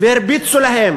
הרביצו להם